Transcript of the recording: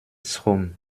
strom